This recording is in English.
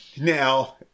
Now